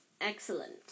Excellent